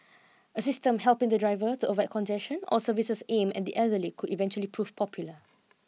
a system helping the driver to avoid congestion or services aimed at the elderly could eventually prove popular